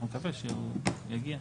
אנחנו נקווה שהוא יגיע.